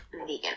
vegan